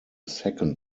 second